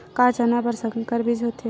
का चना बर संकर बीज होथे?